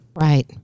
Right